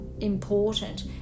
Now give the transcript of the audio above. important